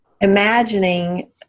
imagining